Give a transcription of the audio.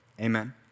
Amen